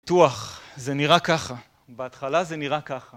פתוח, זה נראה ככה. בהתחלה זה נראה ככה.